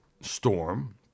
storm